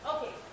Okay